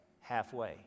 halfway